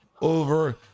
over